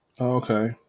Okay